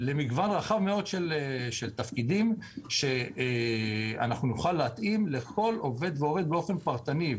למגוון רחב מאוד של תפקידים שנוכל להתאים לכל עובד ועובד באופן פרטני.